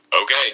okay